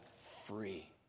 free